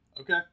okay